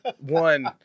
one